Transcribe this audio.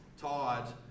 Todd